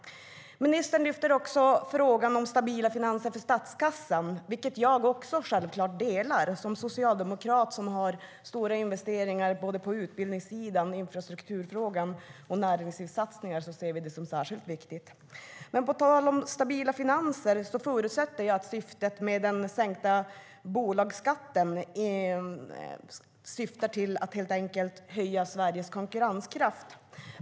Ministern lyfter också upp vikten av stabila finanser för statskassan, och som socialdemokrat delar jag självklart den uppfattningen. Eftersom vi har stora investeringar på utbildningssidan och infrastruktursidan och har näringslivssatsningar ser vi det som särskilt viktigt. På tal om stabila finanser förutsätter jag att den sänkta bolagsskatten syftar till att öka Sveriges konkurrenskraft.